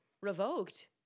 Revoked